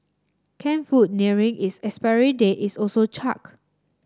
canned food nearing its expiry date is also chucked